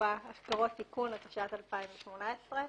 התעופה (אגרות) (תיקון), התשע"ט-2018.